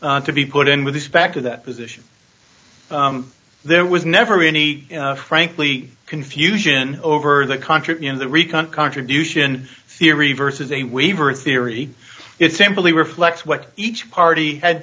to be put in with respect to that position there was never any frankly confusion over the country in the recount contribution theory versus a waiver of theory it simply reflects what each party had